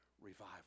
revival